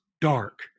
dark